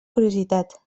curiositat